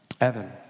Evan